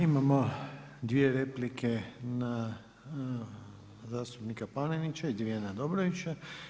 Imamo dvije replike na zastupnika Panenića i dvije na Dobrovića.